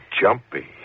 Jumpy